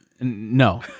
No